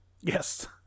Yes